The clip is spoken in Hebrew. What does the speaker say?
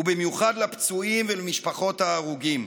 ובמיוחד לפצועים ולמשפחות ההרוגים.